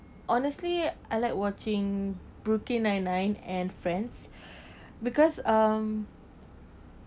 honestly I like watching brooklyn nine nine and friends because um